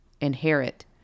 inherit